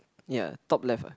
ya top left uh